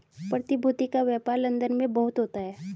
प्रतिभूति का व्यापार लन्दन में बहुत होता है